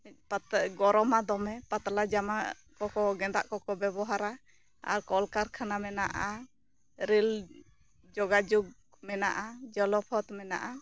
ᱜᱚᱨᱚᱢᱟ ᱫᱚᱢᱮ ᱯᱟᱛᱞᱟ ᱡᱟᱢᱟ ᱠᱚ ᱠᱚ ᱜᱮᱸᱫᱟᱜ ᱠᱚ ᱠᱚ ᱵᱮᱵᱚᱦᱟᱨᱟ ᱟᱨ ᱠᱚᱞ ᱠᱟᱨᱠᱷᱟᱱᱟ ᱢᱮᱱᱟᱜᱼᱟ ᱨᱮ ᱞ ᱡᱚᱜᱟᱡᱳᱜᱽ ᱢᱮᱱᱟᱜᱼᱟ ᱡᱚᱞᱚᱯᱚᱛ ᱢᱮᱱᱟᱜᱼᱟ